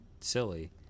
silly